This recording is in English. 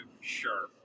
Sure